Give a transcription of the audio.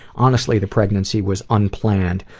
honestly, the pregnancy was unplanned,